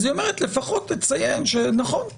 אז היא אומרת: לפחות תציין שנכון,